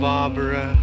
Barbara